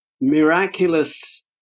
miraculous